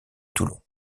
toulon